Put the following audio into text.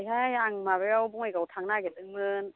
नैहाय आं माबायाव बङाइगावआव थांनो नागिरदोंमोन